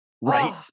right